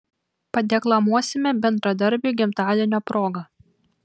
padeklamuosime bendradarbiui gimtadienio proga